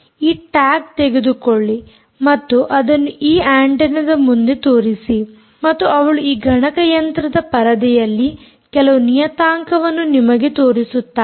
ಈ ಟ್ಯಾಗ್ ತೆಗೆದುಕೊಳ್ಳಿ ಮತ್ತು ಅದನ್ನು ಈ ಆಂಟೆನ್ನದ ಮುಂದೆ ತೋರಿಸಿ ಮತ್ತು ಅವಳು ಈ ಗಣಕಯಂತ್ರದ ಪರದೆಯಲ್ಲಿ ಕೆಲವು ನಿಯತಾಂಕವನ್ನು ನಿಮಗೆ ತೋರಿಸುತ್ತಾಳೆ